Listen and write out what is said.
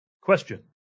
Question